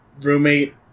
roommate